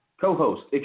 Co-host